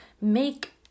make